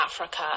Africa